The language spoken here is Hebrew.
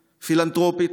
פילנתרופית.